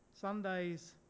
Sundays